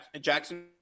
Jackson